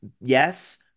yes